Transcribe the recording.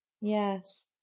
Yes